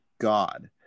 God